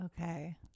okay